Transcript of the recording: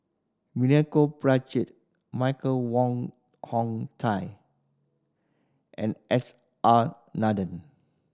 Milenko Prvacki Michael Wong Hong Teng and S R Nathan